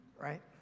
right